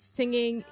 singing